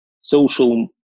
social